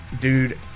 dude